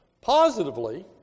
Positively